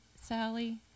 Sally